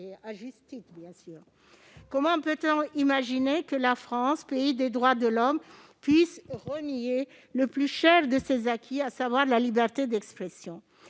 à juste titre. Comment peut-on imaginer que la France, pays des droits de l'homme, puisse renier le plus cher de ses acquis, à savoir la liberté d'expression ?